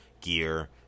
gear